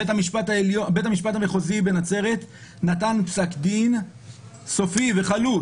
בית המשפט המחוזי בנצרת נתן פסק דין סופי וחלוט,